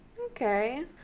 Okay